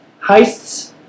heists